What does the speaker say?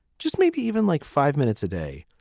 just maybe even like five minutes a day,